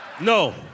No